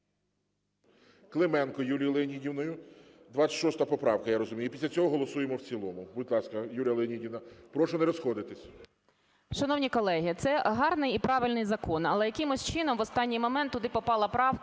Клименко Юлією Леонідівною, 26 поправка, я розумію, і після цього голосуємо в цілому. Будь ласка, Юлія Леонідівна. Прошу не розходитися. 12:35:57 КЛИМЕНКО Ю.Л. Шановні колеги, це гарний і правильний закон, але якимось чином в останній момент туди попала